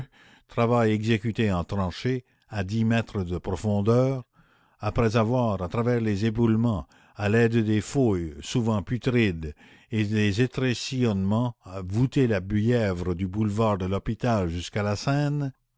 travail exécuté en tranchée à dix mètres de profondeur après avoir à travers les éboulements à l'aide des fouilles souvent putrides et des étrésillonnements voûté la bièvre du boulevard de l'hôpital jusqu'à la seine